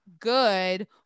good